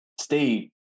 Steve